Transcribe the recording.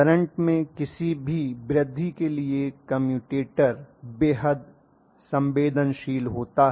current में किसी भी वृद्धि के लिए कम्यूटेटर बेहद संवेदनशील होता है